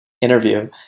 interview